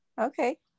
Okay